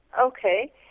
Okay